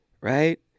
Right